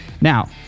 Now